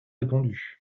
répondu